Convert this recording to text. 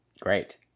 Great